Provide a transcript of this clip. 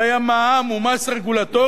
הרי המע"מ הוא מס רגולטורי,